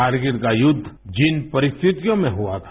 करगिल का युद्ध जिन परिस्थितियों में हुआ था